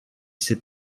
s’est